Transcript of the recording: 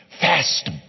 fast